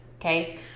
Okay